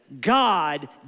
God